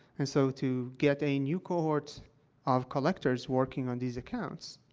and so, to get a new cohort of collectors working on these accounts,